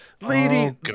Lady